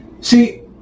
See